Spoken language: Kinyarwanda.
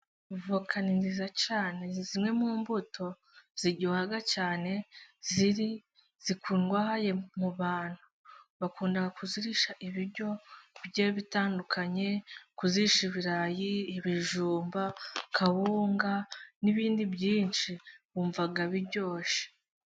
Avoka ni nziza cyane, ni zimwe mu mbuto ziryoha cyane zikundwahaye mu bantu. Bakunda kuzirisha ibiryo bigiye bitandukanye, kuzirisha ibirayi, ibijumba, kawunga n'ibindi byinshi. Wumva biryoshye.